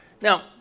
Now